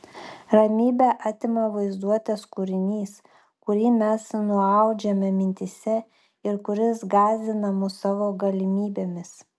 ramybę atima vaizduotės kūrinys kurį mes nuaudžiame mintyse ir kuris gąsdina mus savo galimybėmis